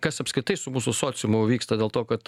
kas apskritai su mūsų sociumu vyksta dėl to kad